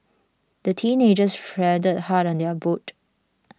the teenagers paddled hard on their boat